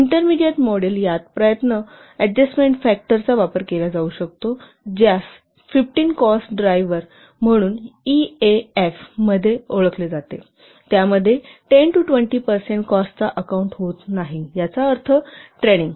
intermediate model यात effort adjustment factor चा वापर केला जातो ज्यास 15 कॉस्ट ड्राइवर मधून ईएएफ म्हणून ओळखले जाते त्यामध्ये 10 ते 20 पर्सेंट कॉस्ट चा अकाउंट होत नाही याचा अर्थ ट्रेनिंग